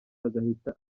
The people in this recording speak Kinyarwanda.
agahita